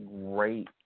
great